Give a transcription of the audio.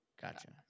Gotcha